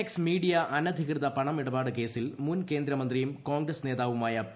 X media അനഗ്ഗികൃത് പണമിടപാട് കേസിൽ മുൻ കേന്ദ്രമന്ത്രിയും കോൺഗ്രസ് നേതാവുമായ പി